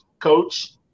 Coach